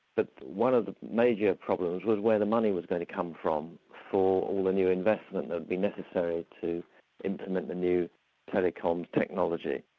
but one of the major problems was where the money was going to come from for all the new investment that would be necessary to implement the new telecom technology.